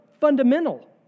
fundamental